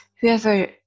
Whoever